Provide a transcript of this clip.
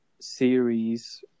series